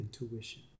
intuition